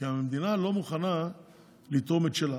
כי המדינה לא מוכנה לתרום את שלה.